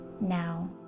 now